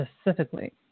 specifically